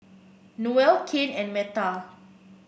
Noelle Kane and Metta